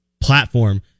platform